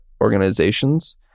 organizations